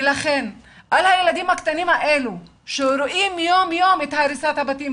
ולכן על הילדים הקטנים האלה שרואים יום יום את הריסת הבתים,